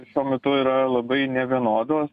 šiuo metu yra labai nevienodos